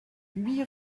huit